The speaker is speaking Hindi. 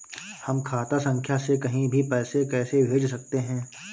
हम खाता संख्या से कहीं भी पैसे कैसे भेज सकते हैं?